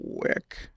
quick